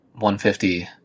150